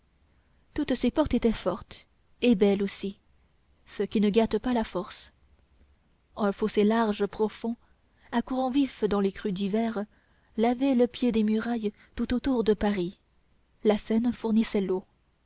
toutes ces portes étaient fortes et belles aussi ce qui ne gâte pas la force un fossé large profond à courant vif dans les crues d'hiver lavait le pied des murailles tout autour de paris la seine fournissait l'eau